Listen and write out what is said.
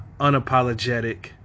unapologetic